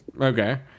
Okay